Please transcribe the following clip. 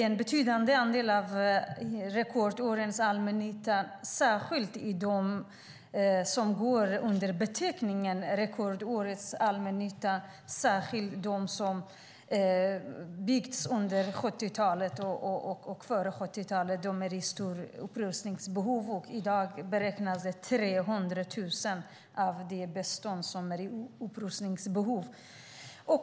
En betydande andel av det som går under beteckningen rekordårens allmännytta, särskilt det som byggts före och under 70-talet, har stora upprustningsbehov. I dag beräknas 300 000 av lägenheterna i beståndet ha upprustningsbehov.